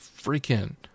freaking